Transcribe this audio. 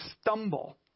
stumble